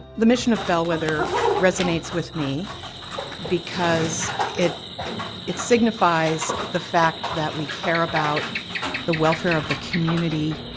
the mission of bellwether resonates with me because it it signifies the fact that we care about the welfare of the community,